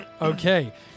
Okay